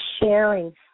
sharing